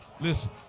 Listen